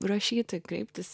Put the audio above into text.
rašyti kreiptis